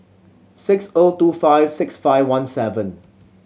six O two five six five one seven